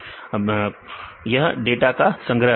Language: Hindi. विद्यार्थी डाटा का संग्रह